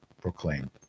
proclaim